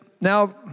now